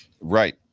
right